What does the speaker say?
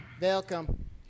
Welcome